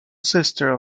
sister